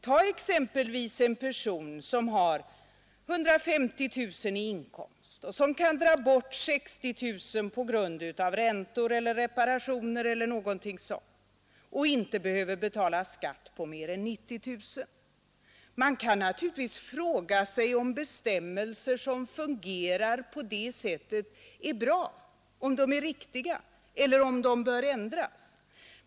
Ta exempelvis en person som har 150 000 kronor i årsinkomst och som kan dra av 60 000 kronor på grund av räntor, reparationer eller liknande och alltså inte behöver betala skatt på mer än 90 000 kronor. Man kan naturligtvis fråga sig om bestämmelser som fungerar på det sättet är bra och riktiga eller bör ändras.